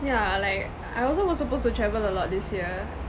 yeah like uh I also was supposed to travel a lot this year